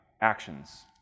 actions